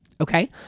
Okay